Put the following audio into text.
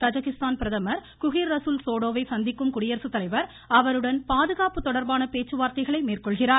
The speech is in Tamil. தஜகிஸ்தான் பிரதமர் குஹிர் ரஸுல் ஸோடாவை சந்திக்கும் குடியரசுத் தலைவர் அவருடன் பாதுகாப்பு தொடர்பான பேச்சுவார்த்தைகளை மேற்கொள்கிறார்